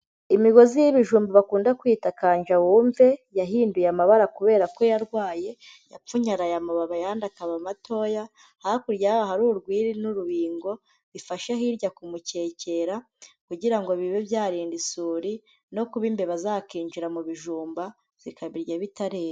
Imigozi y'ibijumba bakunda kwita kanja wumve, yahinduye amabara kubera ko yarwaye, yapfunyaraye amababi ayandi akaba matoya, hakurya yaho hari urwiri n'urubingo, bifashe hirya kumukekera, kugira ngo bibe byarinda isuri, no kuba imbeba zakinjira mu bijumba, zikabirya bitarerera.